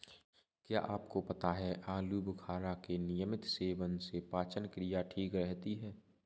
क्या आपको पता है आलूबुखारा के नियमित सेवन से पाचन क्रिया ठीक रहती है?